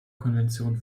konvention